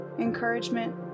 encouragement